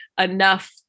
enough